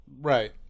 Right